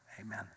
amen